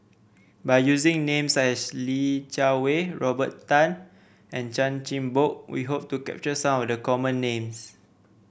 by using names such as Li Jiawei Robert Tan and Chan Chin Bock we hope to capture some of the common names